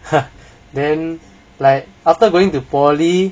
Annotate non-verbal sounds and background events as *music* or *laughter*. *laughs* then like after going to poly